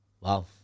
Wow